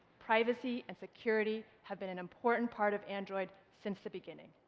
privacy and security have been an important part of android since the beginning.